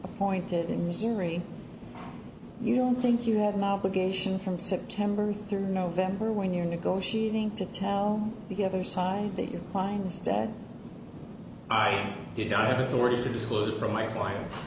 appointed in missouri you don't think you have an obligation from september through november when you're negotiating to tell the other side that your client is dead i did i have already disclosed from my client